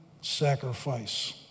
sacrifice